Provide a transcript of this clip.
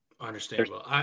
Understandable